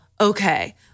okay